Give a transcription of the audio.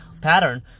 pattern